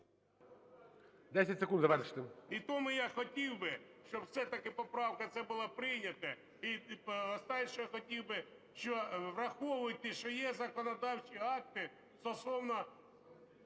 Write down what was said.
10 секунд завершити. НІМЧЕНКО В.І. І тому я хотів би, щоб все-таки поправка ця була прийнята. І останнє, що я хотів би, що враховуйте, що є законодавчі акти стосовно…